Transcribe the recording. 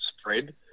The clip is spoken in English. spread